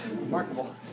Remarkable